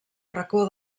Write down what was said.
racó